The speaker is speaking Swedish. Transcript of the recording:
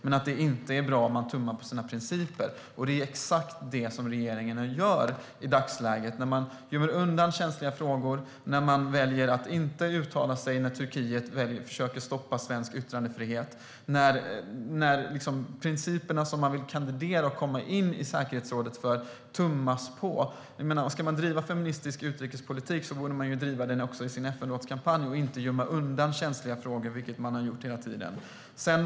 Men det är inte bra om man tummar på sina principer, och det är exakt det regeringen gör i dagsläget. Man gömmer undan känsliga frågor, och man väljer att inte uttala sig när Turkiet försöker stoppa svensk yttrandefrihet. Man tummar på de principer man vill kandidera med och komma in i säkerhetsrådet på. Ska man bedriva feministisk utrikespolitik borde man ju bedriva den också i sin kampanj och inte gömma undan känsliga frågor, vilket man har gjort hela tiden.